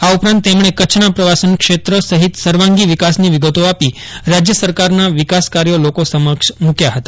આ ઉપરાંત તેમણે કચ્છના પ્રવાસનક્ષેત્ર સહિત સર્વાંગી વિકાસની વિગતો આપી રાજય સરકારના વિકાસકાર્યો લોકો સમક્ષ મૂક્યા હતા